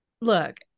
look